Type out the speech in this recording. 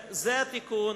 זה התיקון,